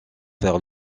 vers